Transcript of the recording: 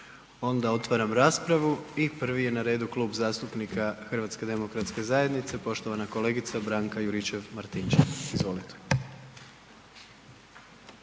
onda otvaram raspravu i prvi je na redu Klub zastupnika HDZ-a, poštovana kolegica Branka Juričev-Martinčev, izvolite.